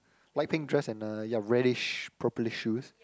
light pink dress and uh ya reddish purplish shoes